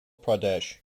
pradesh